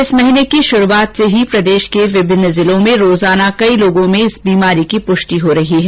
इस महीने की शुरूआत से प्रदेष के विभिन्न जिलों में रोज कई लोगों में इस बीमारी की पुष्टि हो रही है